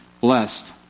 blessed